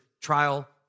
trial